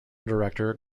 director